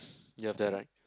you have that right